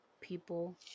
people